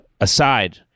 aside